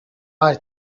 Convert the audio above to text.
are